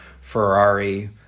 Ferrari